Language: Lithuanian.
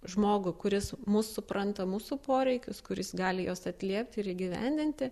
žmogų kuris mus supranta mūsų poreikius kuris gali juos atliepti ir įgyvendinti